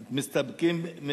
מסתפקים?